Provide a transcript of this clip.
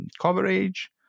coverage